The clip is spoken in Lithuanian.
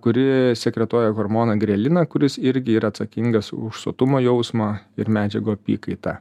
kuri sekretuoja hormoną greliną kuris irgi yra atsakingas už sotumo jausmą ir medžiagų apykaitą